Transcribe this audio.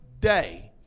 day